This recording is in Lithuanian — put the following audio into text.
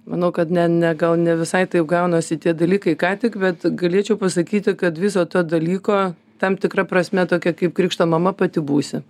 manau kad ne ne gal ne visai taip gaunasi tie dalykai ką tik bet galėčiau pasakyti kad viso to dalyko tam tikra prasme tokia kaip krikšto mama pati būsi